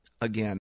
again